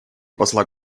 посла